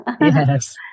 yes